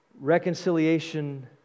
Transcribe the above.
Reconciliation